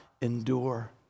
endure